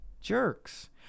Jerks